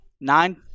nine